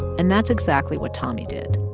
and that's exactly what tommy did.